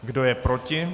Kdo je proti?